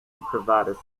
provided